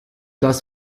das